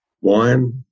wine